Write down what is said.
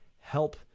help